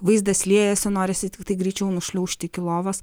vaizdas liejasi norisi tiktai greičiau nušliaužti iki lovos